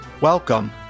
Welcome